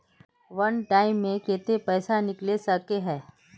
वन time मैं केते पैसा निकले सके है?